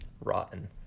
rotten